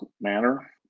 manner